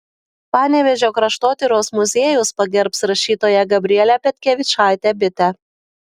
panevėžio kraštotyros muziejus pagerbs rašytoją gabrielę petkevičaitę bitę